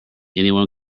anyone